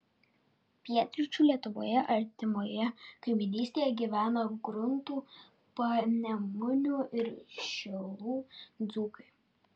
pietryčių lietuvoje artimoje kaimynystėje gyvena gruntų panemunių ir šilų dzūkai